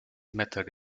method